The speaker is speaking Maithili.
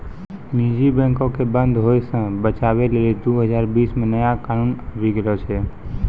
निजी बैंको के बंद होय से बचाबै लेली दु हजार बीस मे नया कानून आबि गेलो छै